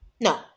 No